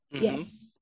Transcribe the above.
yes